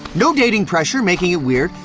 no dating pressure making it weird.